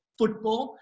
football